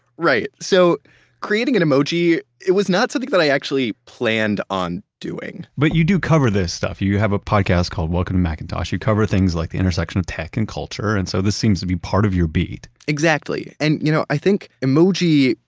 right. so creating an emoji, it was not something that i actually planned on doing but you do cover this stuff, you have a podcast called welcome to macintosh. you cover things like the intersection of tech and culture. and so, this seems to be part of your beat exactly. and you know, i think emoji,